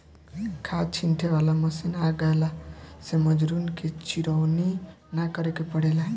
खाद छींटे वाला मशीन आ गइला से मजूरन के चिरौरी ना करे के पड़ेला